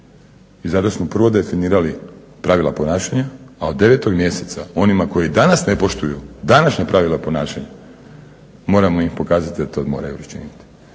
i zato smo prvo definirali pravila ponašanja, a od 9. mjeseca onima koji danas ne poštuju današnja pravila ponašanja moramo im pokazati da to moraju učiniti.